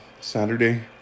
Saturday